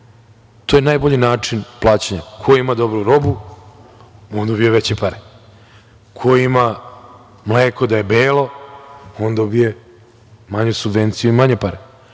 To je najbolji način plaćanja. Ko ima dobru robu on dobije veće pare. Ko ima mleko da je belo on dobije manju subvenciju i manje pare.